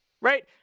right